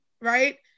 right